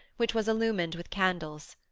which was illumined with candles.